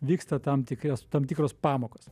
vyksta tam tikrias tam tikros pamokos